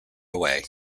away